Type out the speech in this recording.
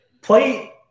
Play